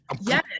Yes